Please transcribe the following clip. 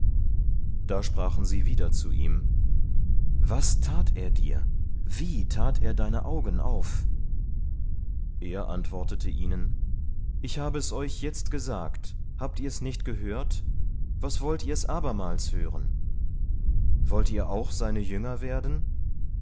da sprachen sie wieder zu ihm was tat er dir wie tat er deine augen auf er antwortete ihnen ich habe es euch jetzt gesagt habt ihr's nicht gehört was wollt ihr's abermals hören wollt ihr auch seine jünger werden